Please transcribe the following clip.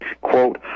Quote